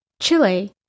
Chile